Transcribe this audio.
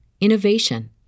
innovation